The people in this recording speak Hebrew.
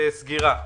סגירה.